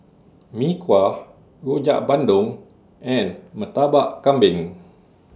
Mee Kuah Rojak Bandung and Murtabak Kambing